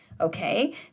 Okay